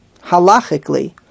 halachically